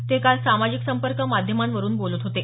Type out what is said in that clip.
ते काल सामाजिक संपर्क माध्यमांवरून बोलत होते